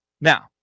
Now